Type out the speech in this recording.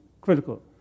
critical